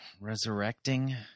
resurrecting